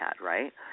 right